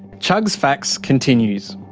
chugg's fax continues.